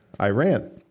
Iran